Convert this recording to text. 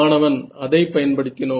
மாணவன் அதை பயன்படுத்தினோம்